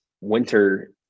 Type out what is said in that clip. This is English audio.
winter